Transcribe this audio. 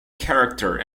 character